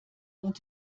und